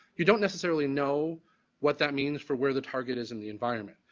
you don't necessarily know what that means for where the target is in the environment.